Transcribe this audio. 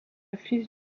fils